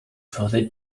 further